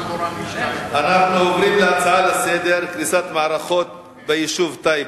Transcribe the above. אנחנו עוברים להצעה לסדר-היום שמספרה 4282 בנושא: קריסת מערכות בטייבה.